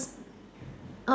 up